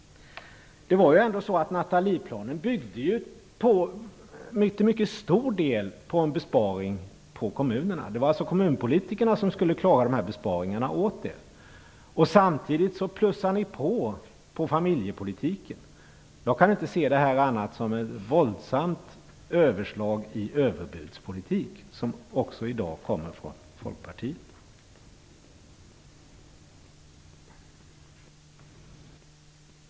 Nathalieplanen byggde ju ändå till mycket stor del byggde på en besparing för kommunerna. Det var alltså kommunpolitikerna som skulle klara dessa besparingar åt er. Samtidigt plussar ni på när det gäller familjepolitiken. Jag kan inte se detta som annat än ett våldsamt överslag i överbudspolitik, som också i dag kommer från Folkpartiet.